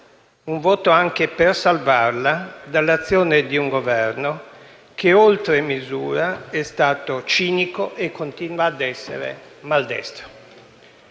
un voto per salvarla anche dall'azione di un Governo che oltre misura è stato cinico e continua ad essere maldestro.